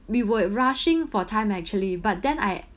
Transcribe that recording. we were rushing for time actually but then I